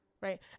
right